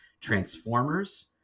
transformers